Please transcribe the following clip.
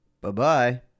Bye-bye